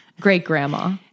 Great-grandma